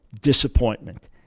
disappointment